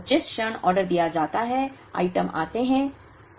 तो जिस क्षण ऑर्डर दिया जाता है आइटम आते हैं